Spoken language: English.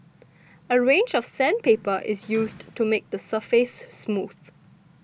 a range of sandpaper is used to make the surface smooth